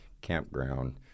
Campground